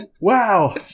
Wow